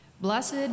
Blessed